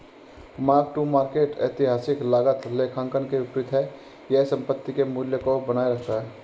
mark to market ऐतिहासिक लागत लेखांकन के विपरीत है यह संपत्ति के मूल्य को बनाए रखता है